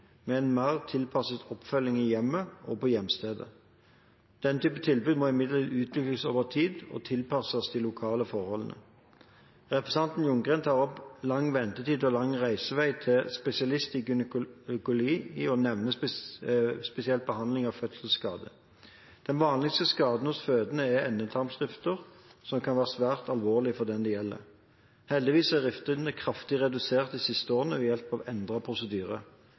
med en mer tilpasset oppfølging i hjemmet og på hjemstedet. Den type tilbud må imidlertid utvikles over tid og tilpasses de lokale forhold. Representanten Ljunggren tar opp lang ventetid og lang reisevei til spesialist i gynekologi og nevner spesielt behandling etter fødselsskade. Den vanligste skaden hos fødende er endetarmsrifter, som kan være svært alvorlig for den det gjelder. Heldigvis er rifter kraftig redusert de siste årene ved hjelp av endret prosedyre,